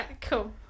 Cool